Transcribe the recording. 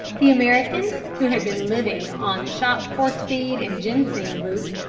the americans, who had been living on chopped horse-feed and ginseng-root,